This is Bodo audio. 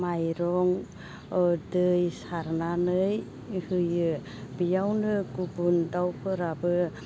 माइरं दै सारनानै होयो बेयावनो गुबुन दाउफोराबो